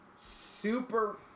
super